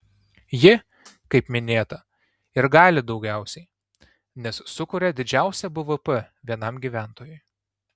ji kaip minėta ir gali daugiausiai nes sukuria didžiausią bvp vienam gyventojui